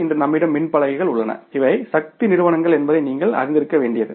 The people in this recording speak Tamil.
இன்று நம்மிடம் மின் பலகைகள் உள்ளன இவை சக்தி நிறுவனங்கள் என்பதை நீங்கள் அறிந்திருக்க வேண்டியது